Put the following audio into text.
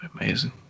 amazing